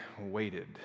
waited